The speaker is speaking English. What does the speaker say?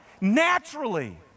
naturally